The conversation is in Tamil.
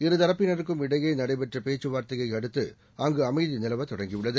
இரு தரப்பினருக்கும் இடையேநடைபெற்றபேச்சுவார்த்தையைஅடுத்துஅங்குஅமைதிநிலவத் தொடங்கியுள்ளது